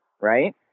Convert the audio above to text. right